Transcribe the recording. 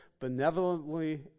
benevolently